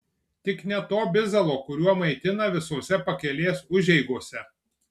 tik ne to bizalo kuriuo maitina visose pakelės užeigose